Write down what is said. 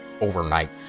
overnight